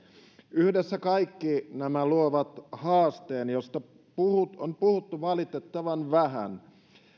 yhdessä kaikki nämä luovat haasteen josta on puhuttu valitettavan vähän